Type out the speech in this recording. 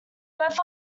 both